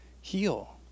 heal